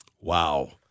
Wow